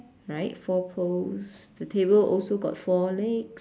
right four poles the table also got four legs